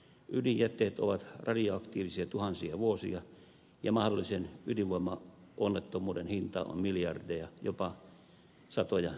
ydinjätteet ovat radioaktiivisia tuhansia vuosia ja mahdollisen ydinvoimaonnettomuuden hinta on miljardeja jopa satoja miljardeja euroja